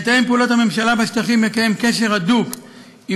מתאם פעולות הממשלה בשטחים מקיים קשר הדוק עם